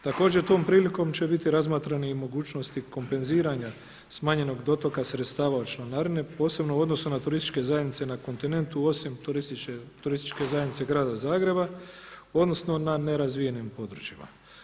Također, tom prilikom će biti razmatrani i mogućnosti kompenziranja smanjenog dotoka sredstava od članarine, posebno u odnosu na turističke zajednice na kontinentu osim Turističke zajednice Grada Zagreba odnosno na nerazvijenim područjima.